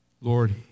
Lord